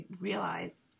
realize